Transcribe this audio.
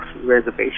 Reservation